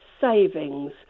savings